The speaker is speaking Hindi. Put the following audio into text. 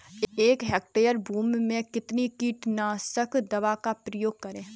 एक हेक्टेयर भूमि में कितनी कीटनाशक दवा का प्रयोग करें?